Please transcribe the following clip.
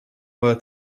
were